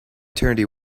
maternity